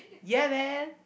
ya man